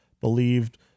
believed